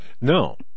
No